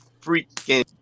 freaking